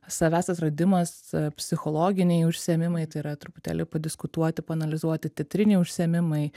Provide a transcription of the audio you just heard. savęs atradimas psichologiniai užsiėmimai tai yra truputėlį padiskutuoti paanalizuoti teatriniai užsiėmimai